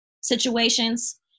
situations